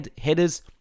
headers